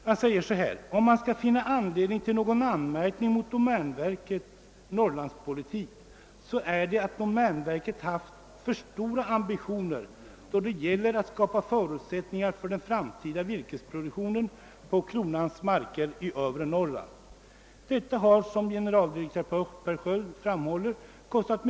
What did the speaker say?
Generaldirektör Sköld säger: >»Vill man rikta kritik mot Domänverkets Norrlands-politik så bör den i så fall innebära att Domänverket haft för stora ambitioner då det gällt att skapa förutsättningar för den framtida virkesproduktionen på kronans marker i övre Norrland... Detta har nämligen kostat mycket pengar.